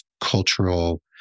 cultural